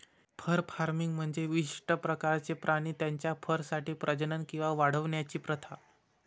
fur farming म्हणजे विशिष्ट प्रकारचे प्राणी त्यांच्या फरसाठी प्रजनन किंवा वाढवण्याची प्रथा